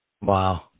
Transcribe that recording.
Wow